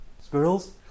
squirrels